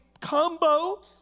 combo